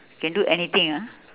can do anything ah